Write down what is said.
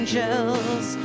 Angels